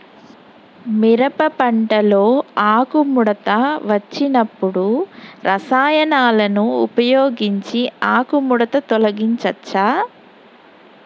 మిరప పంటలో ఆకుముడత వచ్చినప్పుడు రసాయనాలను ఉపయోగించి ఆకుముడత తొలగించచ్చా?